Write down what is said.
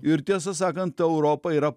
ir tiesą sakant europa yra